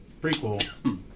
prequel